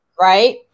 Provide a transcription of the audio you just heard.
right